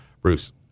Bruce